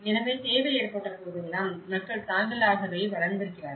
எனவே தேவை ஏற்பட்ட போதெல்லாம் மக்கள் தாங்களாகவே வளர்ந்திருக்கிறார்கள்